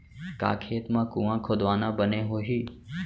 का खेत मा कुंआ खोदवाना बने होही?